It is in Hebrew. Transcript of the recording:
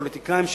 פוליטיקאים,